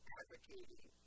advocating